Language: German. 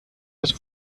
das